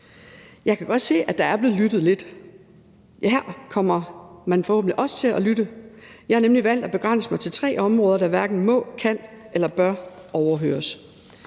Jeg kan godt se, at der er blevet lyttet lidt. Her kommer man forhåbentlig også til at lytte. Jeg har nemlig valgt at begrænse mig til tre områder, der hverken må, kan eller bør overhøres.